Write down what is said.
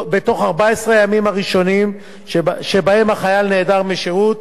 בתוך 14 הימים הראשונים שבהם החייל נעדר מהשירות,